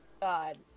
God